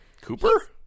Cooper